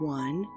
one